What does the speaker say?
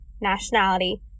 nationality